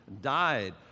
died